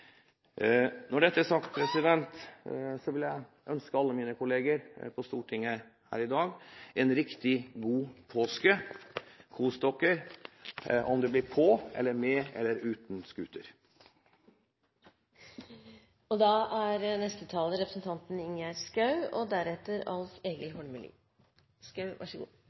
Når dette er sagt, vil jeg ønske alle mine kolleger her på Stortinget i dag en riktig god påske.